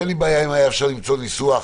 אין לי בעיה, אם היה אפשר למצוא ניסוח.